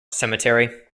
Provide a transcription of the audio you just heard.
cemetery